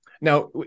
Now